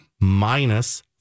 minus